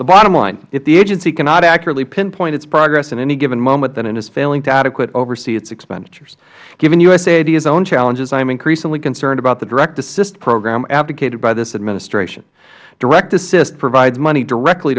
the bottom line is if the agency cannot accurately pinpoint its progress at any given moment then it is failing to adequately oversee its expenditures given usaid's own challenges i am increasingly concerned about the direct assist program advocated by this administration direct assist provides money directly